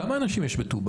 כמה אנשים בוגרים יש בטובא?